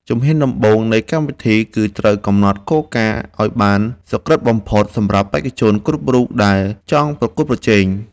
ជំហានដំបូងនៃកម្មវិធីគឺត្រូវកំណត់គោលការណ៍ឱ្យបានសុក្រឹតបំផុតសម្រាប់បេក្ខជនគ្រប់រូបដែលចង់ប្រកួតប្រជែង។